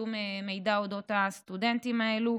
שום מידע על הסטודנטים האלה.